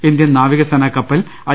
Indian നാവികസേനാ കപ്പൽ I